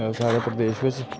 स्हाडे़ प्रदेश बिच्च